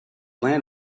land